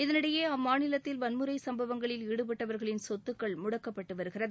இதனிடையே அம்மாநிலத்தில் வன்முறை சம்பவங்களில் ஈடுபட்டவர்களின் சொத்துக்களை முடக்கப்பட்டு வருகிறது